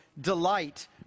delight